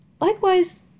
Likewise